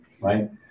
right